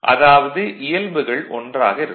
அதாவது இயல்புகள் ஒன்றாக இருக்கும்